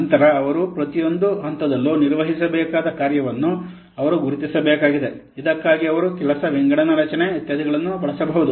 ನಂತರ ಅವರು ಪ್ರತಿಯೊಂದು ಹಂತದಲ್ಲೂ ನಿರ್ವಹಿಸಬೇಕಾದ ಕಾರ್ಯವನ್ನು ಅವರು ಗುರುತಿಸಬೇಕಾಗಿದೆ ಇದಕ್ಕಾಗಿ ಅವರು ಕೆಲಸ ವಿಂಗಡಣಾ ರಚನೆ ಇತ್ಯಾದಿಗಳನ್ನು ಬಳಸಬಹುದು